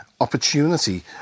opportunity